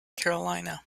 carolina